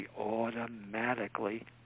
automatically